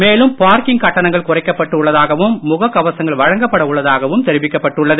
மேலும் பார்க்கிங் கட்டணங்கள் குறைக்கப்பட்டு உள்ளதாகவும் முக கவசங்கள் வழங்கப்பட உள்ளதாகவும் தெரிவிக்கப்பட்டு உள்ளது